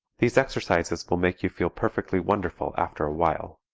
these exercises will make you feel perfectly wonderful after a while.